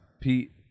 Pete